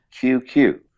QQ